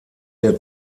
der